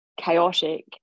chaotic